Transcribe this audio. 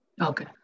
Okay